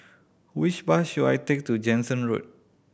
which bus should I take to Jansen Road